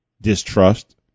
distrust